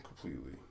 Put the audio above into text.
Completely